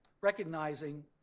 recognizing